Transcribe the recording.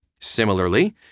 Similarly